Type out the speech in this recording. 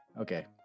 Okay